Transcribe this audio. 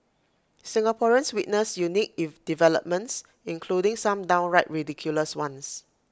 Singaporeans witnessed unique developments including some downright ridiculous ones